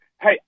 Hey